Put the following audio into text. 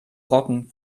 brocken